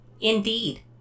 Indeed